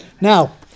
Now